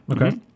Okay